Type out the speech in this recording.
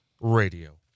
radio